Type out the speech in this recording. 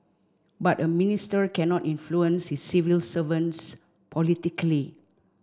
but a minister cannot influence his civil servants politically